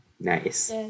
Nice